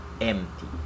Empty